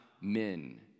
men